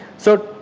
so,